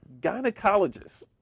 gynecologists